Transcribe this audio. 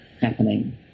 happening